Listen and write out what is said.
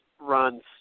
runs